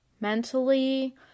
mentally